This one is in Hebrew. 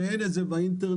שאין את זה באינטרנט,